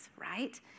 right